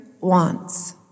wants